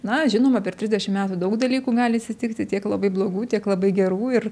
na žinoma per trisdešim metų daug dalykų gali atsitikti tiek labai blogų tiek labai gerų ir